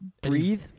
Breathe